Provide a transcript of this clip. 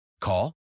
Call